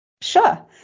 Sure